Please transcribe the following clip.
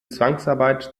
zwangsarbeit